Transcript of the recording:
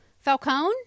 Falcone